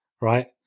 right